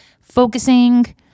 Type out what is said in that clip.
focusing